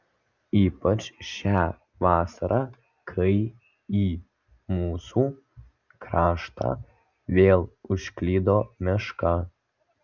ypač šią vasarą kai į mūsų kraštą vėl užklydo meška